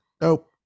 nope